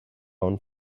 own